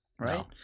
right